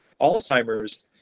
Alzheimer's